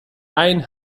einen